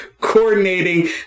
coordinating